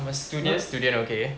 I'm a studious student okay